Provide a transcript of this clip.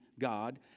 God